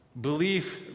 belief